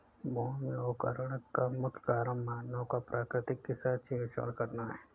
भूमि अवकरण का मुख्य कारण मानव का प्रकृति के साथ छेड़छाड़ करना है